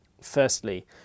Firstly